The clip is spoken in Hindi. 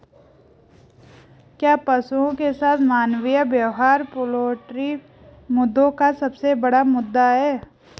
क्या पशुओं के साथ मानवीय व्यवहार पोल्ट्री मुद्दों का सबसे बड़ा मुद्दा है?